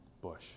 bush